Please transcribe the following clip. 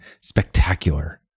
spectacular